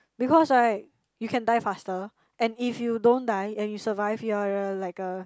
because right you can die faster and if you don't die and you survive you are a like a